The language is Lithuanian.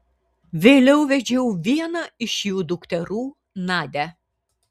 vėliau vedžiau vieną iš jų dukterų nadią